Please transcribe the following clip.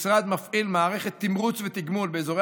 המשרד מפעיל מערכת תמרוץ ותגמול באזורי